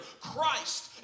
Christ